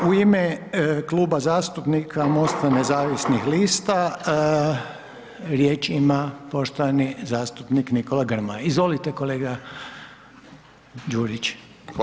U ime Kluba zastupnika MOST-a nezavisnih lista riječ ima poštovani zastupnik Nikola Grmoja, izvolite kolega Đujić.